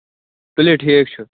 تُلِو ٹھیٖک چھُ